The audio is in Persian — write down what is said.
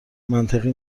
منطقی